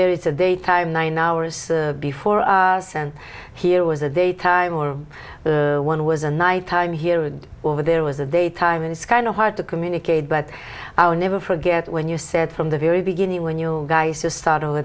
there is a day time nine hours before us and here was a daytime or one was a nighttime here and over there was a daytime it's kind of hard to communicate but i'll never forget when you said from the very beginning when you guys just start over